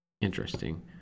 interesting